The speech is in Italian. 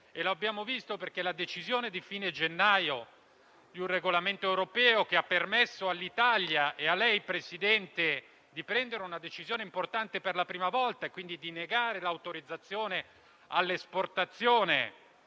abbiamo visto, infatti, la decisione di fine gennaio di emanare un regolamento europeo, che ha permesso all'Italia e a lei, Presidente, di prendere una decisione importante per la prima volta e quindi di negare l'autorizzazione all'esportazione